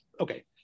Okay